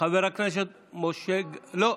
חבר הכנסת, לא,